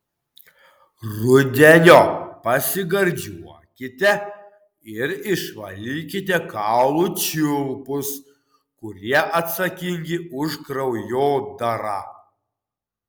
rudeniop pasigardžiuokite ir išvalykite kaulų čiulpus kurie atsakingi už kraujodarą